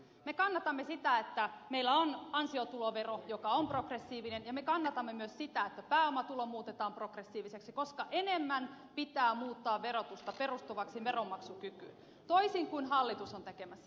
me kannatamme sitä että meillä on ansiotulovero joka on progressiivinen ja me kannatamme myös sitä että pääomatulo muutetaan progressiiviseksi koska verotusta pitää muuttaa enemmän veronmaksukykyyn perustuvaksi toisin kuin hallitus on tekemässä